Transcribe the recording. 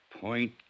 point